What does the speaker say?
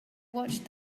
watched